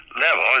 level